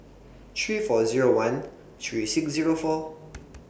three four Zero one three six Zero four